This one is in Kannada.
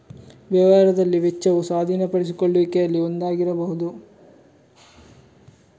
ವ್ಯವಹಾರದಲ್ಲಿ ವೆಚ್ಚವು ಸ್ವಾಧೀನಪಡಿಸಿಕೊಳ್ಳುವಿಕೆಯಲ್ಲಿ ಒಂದಾಗಿರಬಹುದು